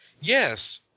Yes